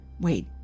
Wait